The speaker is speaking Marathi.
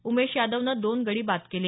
उमेश यादवनं दोन गडी बाद केले